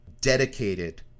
dedicated